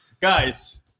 guys